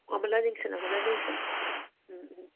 അമല ജംഗ്ഷന് അമല ജംഗ്ഷന് മ് മ്ഹ്